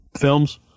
films